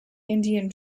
indian